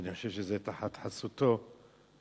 שאני חושב שזה תחת חסותו וברשותו,